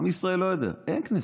עם ישראל לא יודע, אין כנסת.